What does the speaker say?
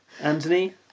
Anthony